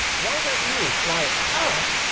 why don't you fly up,